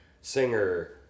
singer